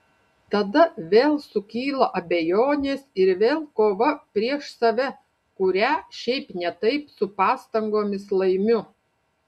tada vėl sukyla abejonės ir vėl kova prieš save kurią šiaip ne taip su pastangomis laimiu